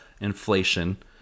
inflation